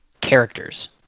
characters